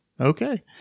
Okay